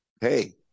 Hey